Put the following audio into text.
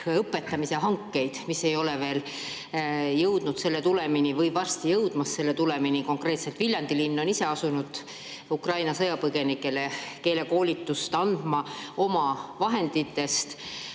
õpetamise hankeid, mis ei ole veel jõudnud tulemini või on varsti jõudmas tulemini, on konkreetselt Viljandi linn ise asunud Ukraina sõjapõgenikele andma keelekoolitust oma vahenditest.